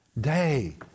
day